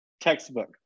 Textbook